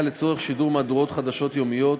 לצורך שידור מהדורות חדשות יומיות,